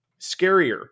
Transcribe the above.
scarier